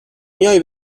میای